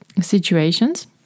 situations